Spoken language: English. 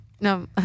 No